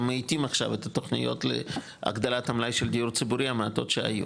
אתה מאטים עכשיו את התוכניות להגדלת המלאי של דיור ציבורי המעטות שהיו,